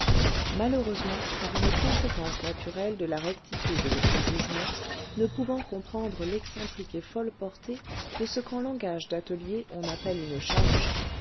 malheureusement par une conséquence naturelle de la rectitude de son jugement ne pouvant comprendre l'excentrique et folle portée de ce qu'en langage d'atelier on appelle une charge